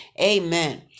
Amen